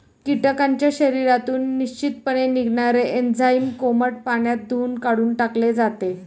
कीटकांच्या शरीरातून निश्चितपणे निघणारे एन्झाईम कोमट पाण्यात धुऊन काढून टाकले जाते